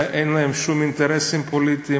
אין להם שום אינטרסים פוליטיים,